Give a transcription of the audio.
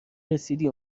رسیدی